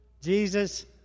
Jesus